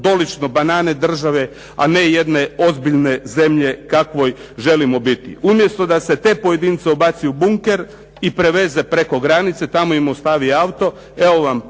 dolično "banane države" a ne i jedne ozbiljne zemlje kakvoj želimo biti. Umjesto da se te pojedince ubaci u bunker i preveze preko granice, tamo im ostavi auto, evo vam